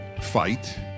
fight